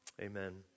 amen